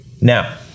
Now